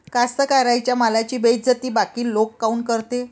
कास्तकाराइच्या मालाची बेइज्जती बाकी लोक काऊन करते?